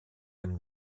den